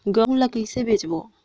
गहूं ला कइसे बेचबो?